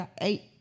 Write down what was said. eight